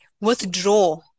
withdraw